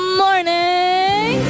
morning